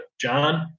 John